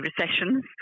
recessions